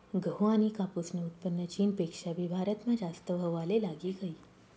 गहू आनी कापूसनं उत्पन्न चीनपेक्षा भी भारतमा जास्त व्हवाले लागी गयी